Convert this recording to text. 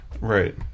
Right